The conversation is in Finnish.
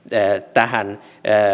tähän